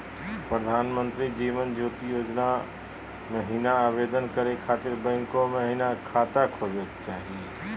प्रधानमंत्री जीवन ज्योति योजना महिना आवेदन करै खातिर बैंको महिना खाता होवे चाही?